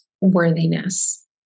worthiness